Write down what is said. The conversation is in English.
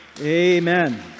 Amen